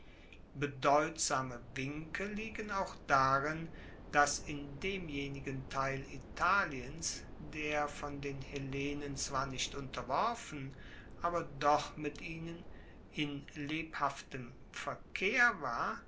bedeutsame winke liegen auch darin dass in demjenigen teil italiens der von den hellenen zwar nicht unterworfen aber doch mit ihnen in lebhaftem verkehr war